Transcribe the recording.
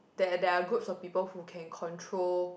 there there are groups of people who can control